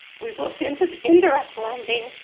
we've looked into indirect lending,